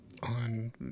on